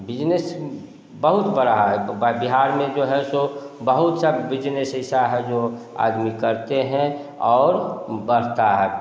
business बहुत बड़ा है तो बिहार में जो है सो बहुत से बिजनेस ऐसे हैं जो आदमी करते हैं और बढ़ता है